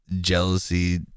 jealousy